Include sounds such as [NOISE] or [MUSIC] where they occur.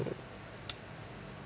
[NOISE]